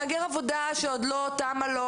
מהגר עבודה שעוד לא תמה לו